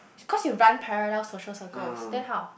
cause you run parallel social circles then how